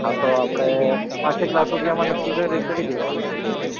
હા તો આપણે પાંચેક લાખ રૂપિયામાં નક્કી કર કરી દેવું આપણે હિરોઈનને